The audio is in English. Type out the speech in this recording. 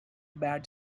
bad